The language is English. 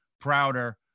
prouder